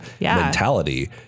mentality